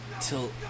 till